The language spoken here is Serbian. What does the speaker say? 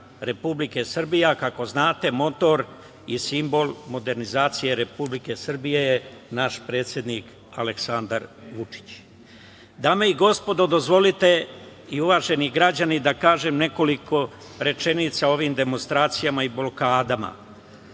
Republike Srbije, a kako znate motor i simbol modernizacije Republike Srbije je naš predsednik Aleksandar Vučić. Dame i gospodo i uvaženi građani, dozvolite da kažem nekoliko rečenica o ovim demonstracijama i blokadama.